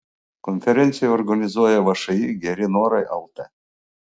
konferenciją organizuoja všį geri norai lt